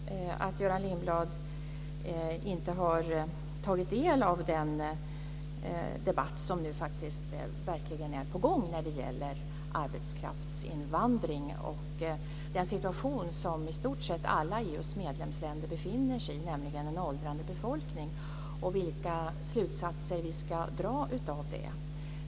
Fru talman! Jag beklagar att Göran Lindblad inte har tagit del av den debatt som nu verkligen är på gång när det gäller arbetskraftsinvandring och den situation som i stort sett alla EU:s medlemsländer befinner sig i med en åldrande befolkning och vilka slutsatser som vi ska dra av det.